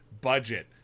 budget